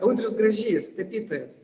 audrius gražys tapytojas